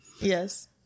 yes